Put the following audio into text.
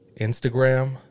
Instagram